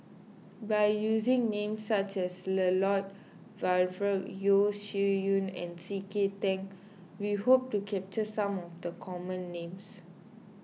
by using names such as Lloyd Valberg Yeo Shih Yun and C K Tang we hope to capture some of the common names